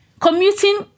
commuting